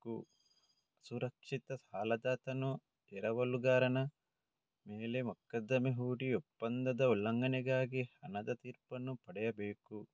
ಅಸುರಕ್ಷಿತ ಸಾಲದಾತನು ಎರವಲುಗಾರನ ಮೇಲೆ ಮೊಕದ್ದಮೆ ಹೂಡಿ ಒಪ್ಪಂದದ ಉಲ್ಲಂಘನೆಗಾಗಿ ಹಣದ ತೀರ್ಪನ್ನು ಪಡೆಯಬೇಕು